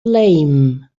lame